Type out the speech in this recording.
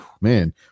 man